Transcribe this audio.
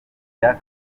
bya